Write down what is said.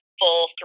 full